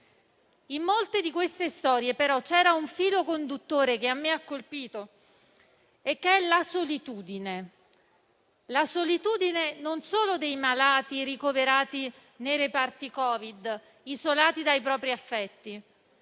In molte di queste storie, però, c'era un filo conduttore che mi ha colpito: la solitudine, non solo quella dei malati ricoverati nei reparti Covid, isolati dai propri affetti,